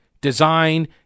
design